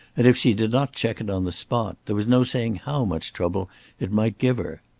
and if she did not check it on the spot, there was no saying how much trouble it might give her.